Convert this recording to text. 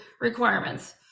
requirements